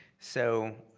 so